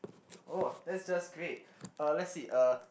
oh that's just great uh let's see uh